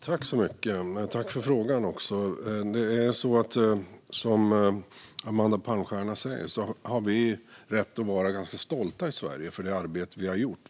Fru talman! Tack för frågan, Amanda Palmstierna! Som Amanda Palmstierna säger har vi rätt att vara ganska stolta i Sverige över det arbete vi har gjort.